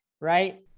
right